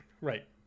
Right